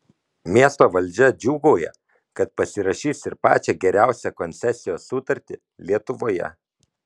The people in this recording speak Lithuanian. miesto valdžia džiūgauja kad pasirašys ir pačią geriausią koncesijos sutartį lietuvoje